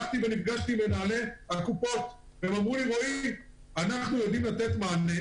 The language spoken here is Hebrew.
נפגשתי עם מנהלי הקופות והם אמרו לי: אנחנו יודעים לתת מענה